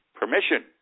permission